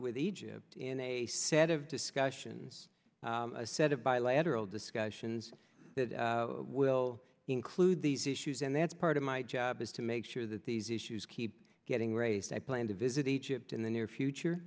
with egypt in a set of discussions a set of bilateral discussions that will include these issues and that's part of my job is to make sure that these issues keep getting raised i plan to visit egypt in the near future